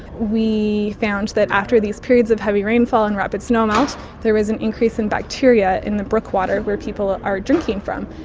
we found that after these periods of heavy rainfall and rapid snowmelt there was an increase in bacteria in the brook water where people are drinking from,